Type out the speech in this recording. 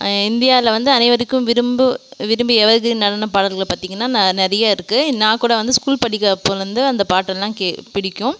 இந்தியாவில் வந்து அனைவருக்கும் விரும்பு விரும்பி எவர் க்ரீன் நடன பாடல்களை பார்த்திங்கன்னா ந நிறையா இருக்குது நான் கூட வந்து ஸ்கூல் படிக்க அப்போலந்து அந்த பாட்டெல்லாம் கே பிடிக்கும்